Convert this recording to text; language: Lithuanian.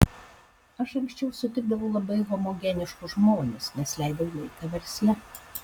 aš anksčiau sutikdavau labai homogeniškus žmones nes leidau laiką versle